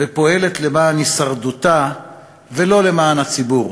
ופועלת למען הישרדותה ולא למען הציבור.